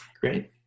Great